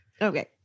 okay